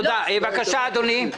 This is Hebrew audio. בבקשה אדוני.